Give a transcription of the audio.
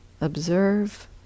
observe